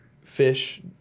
fish